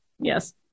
Yes